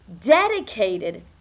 dedicated